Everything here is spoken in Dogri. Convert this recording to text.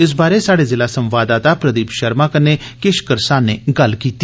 इस बारे स्हाड़े ज़िला संवाददाता प्रदीप शर्मा कन्नै किश करसानें गल्ल कीती